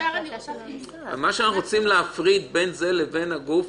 אנחנו רוצים להפריד בין זה לבין הגוף